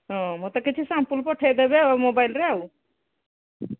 ହଁ ମୋତେ କିଛି ସାମ୍ପୁଲ୍ ପଠେଇଦେବେ ମୋବାଇଲ୍ରେ ଆଉ